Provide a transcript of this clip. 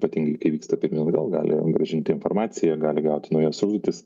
ypatingai kai vyksta pirmyn atgal gali grąžinti informaciją gali gauti naujas užduotis